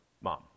mom